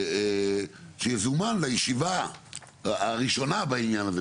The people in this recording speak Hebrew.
שיזומן לישיבה הראשונה בעניין הזה,